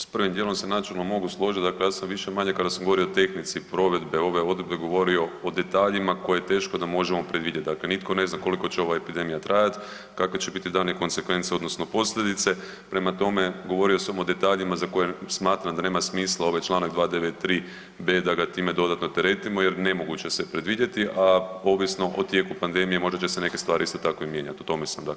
S prvim djelom se načelno mogu složiti, dakle ja sam više-manje kada sam govorio o tehnici provedbe ove odredbe govorio o detaljima koje je teško da možemo predvidjeti, dakle nitko ne zna koliko će ova epidemija trajat, kakvi će biti daljnje konzekvence odnosno posljedice, prema tome, govorio sam o detaljima za koje smatram da nema smisla, ovaj čl. 293. b. da ga time dodatno teretimo jer nemoguće je sve predvidjeti a povijesno, o tijeku pandemije možda će se neke stvari isto tako i mijenjati, o tome sam dakle govorio.